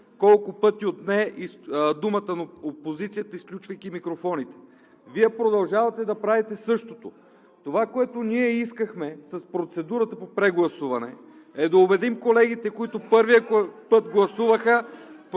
колко пъти отне думата на опозицията, изключвайки микрофоните. Вие продължавате да правите същото! Това, което ние искахме с процедурата по прегласуване, е да убедим колегите, които първия път гласуваха